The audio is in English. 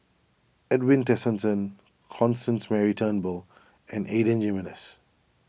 Edwin Tessensohn Constance Mary Turnbull and Adan Jimenez